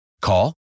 Call